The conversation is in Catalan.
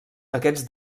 aquests